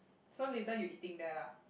so later you eating there lah